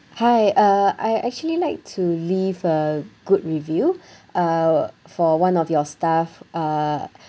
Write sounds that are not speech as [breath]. hi uh I actually like to leave a good review [breath] uh for one of your staff uh